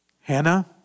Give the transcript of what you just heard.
Hannah